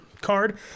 card